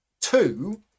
Two